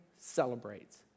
celebrates